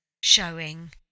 showing